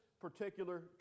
particular